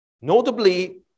Notably